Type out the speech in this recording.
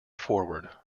forward